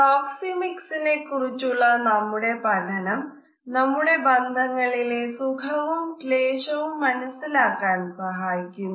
പ്രോക്സിമിക്സ്നെ കുറിച്ചുള്ള നമ്മുടെ പഠനം നമുടെ ബന്ധങ്ങളിലെ സുഖവും ക്ലേശവും മനസിലാക്കാൻ സഹായിക്കുന്നു